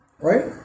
right